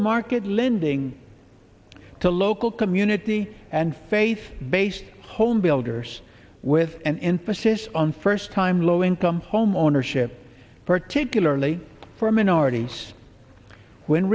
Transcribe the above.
market lending to local community and faith based home builders with an emphasis on first time low income homeownership particularly for minorities when